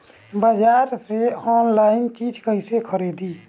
बाजार से आनलाइन चीज कैसे खरीदी?